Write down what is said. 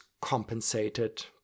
compensated